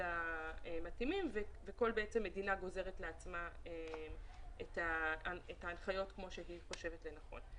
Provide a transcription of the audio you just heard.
המתאימים וכל מדינה גוזרת לעצמה את ההנחיות כפי שהיא מוצאת לנכון.